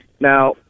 Now